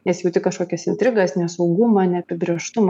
nes jauti kažkokias intrigas nesaugumą neapibrėžtumą